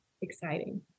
exciting